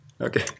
Okay